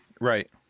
Right